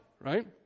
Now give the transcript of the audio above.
right